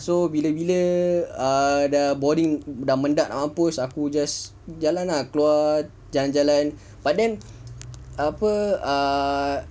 so bila-bila ah dah boring dah mendak nak mampus aku just jalan ah keluar jalan-jalan but then apa ah